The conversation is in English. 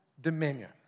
dominion